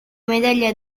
medaglia